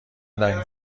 دهیم